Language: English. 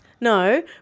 No